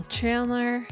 Chandler